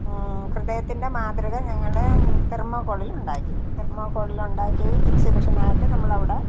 ഹൃദയത്തിൻ്റെ മാതൃക ഞങ്ങൾ തെർമോക്കോളിൽ ഉണ്ടാക്കി തെർമോക്കോളിൽ ഉണ്ടാക്കി എക്സിബിഷനായിട്ട് നമ്മളവിടെ